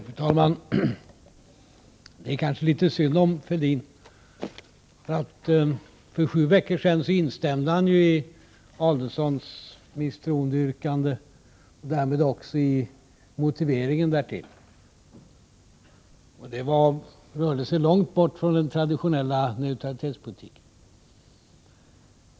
Fru talman! Det är kanske litet synd om Fälldin. För sju veckor sedan instämde han ju i Adelsohns misstroendeyrkande och därmed också i motiveringen därtill. Det rörde sig långt bort från den traditionella neutralitetspolitiken.